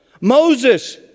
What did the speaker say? Moses